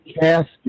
casket